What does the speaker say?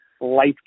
life